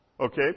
Okay